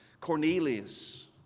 Cornelius